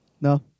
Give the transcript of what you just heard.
No